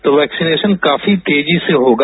तो वैक्सीनेशन काफी तेजी से होगा